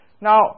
Now